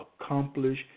accomplish